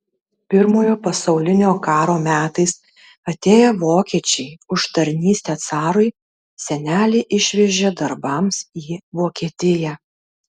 pirmojo pasaulinio karo metais atėję vokiečiai už tarnystę carui senelį išvežė darbams į vokietiją